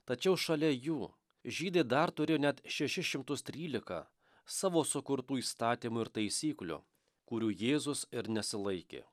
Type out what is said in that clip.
tačiau šalia jų žydai dar turi net šešis šimtus trylika savo sukurtų įstatymų ir taisyklių kurių jėzus ir nesilaikė